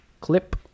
clip